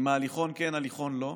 עם הליכון כן, הליכון לא,